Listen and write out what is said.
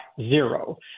zero